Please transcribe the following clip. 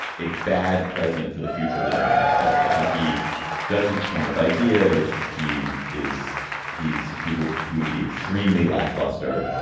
a bad president for the future of the democratic party. i think he doesn't come with ideas. he is. he is. he will. he would be extremely lackluster.